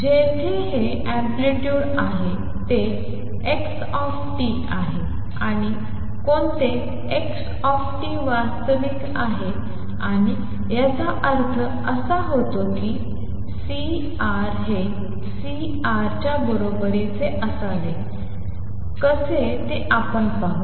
जिथे हे अँप्लितुड आहेत ते x आहे आणि कोणते xt वास्तविक आहे आणि याचा अर्थ असा होतो की C हे C च्याबरोबरीचे असावे कसे ते आपण पाहू